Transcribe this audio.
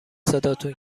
صداتون